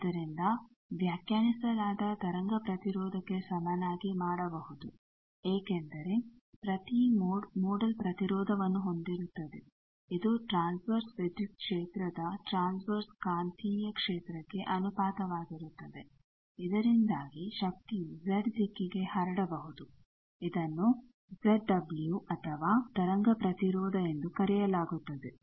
ಆದ್ದರಿಂದ ವ್ಯಾಖ್ಯಾನಿಸಲಾದ ತರಂಗ ಪ್ರತಿರೋಧಕ್ಕೆ ಸಮನಾಗಿ ಮಾಡಬಹುದು ಏಕೆಂದರೆ ಪ್ರತಿ ಮೋಡ್ ಮೊಡಲ್ ಪ್ರತಿರೋಧವನ್ನು ಹೊಂದಿರುತ್ತದೆ ಇದು ಟ್ರಾನ್ಸ್ವೆರ್ಸ್ ವಿದ್ಯುತ್ ಕ್ಷೇತ್ರದ ಟ್ರಾನ್ಸ್ವೆರ್ಸ್ ಕಾಂತೀಯ ಕ್ಷೇತ್ರಕ್ಕೆ ಅನುಪಾತವಾಗಿರುತ್ತದೆ ಇದರಿಂದಾಗಿ ಶಕ್ತಿಯು ಜೆಡ್ ದಿಕ್ಕಿಗೆ ಹರಡಬಹುದು ಇದನ್ನು ಜೆಡ್ ಡಬ್ಲೂ ಅಥವಾ ತರಂಗ ಪ್ರತಿರೋಧ ಎಂದು ಕರೆಯಲಾಗುತ್ತದೆ